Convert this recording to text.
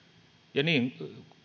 ja niin